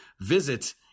Visit